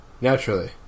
Naturally